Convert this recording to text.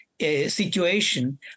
Situation